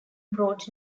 brought